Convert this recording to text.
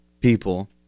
people